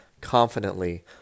confidently